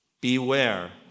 Beware